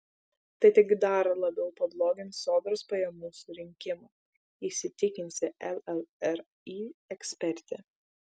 tai tik dar labiau pablogins sodros pajamų surinkimą įsitikinsi llri ekspertė